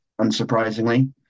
unsurprisingly